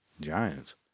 Giants